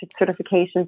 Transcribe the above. certifications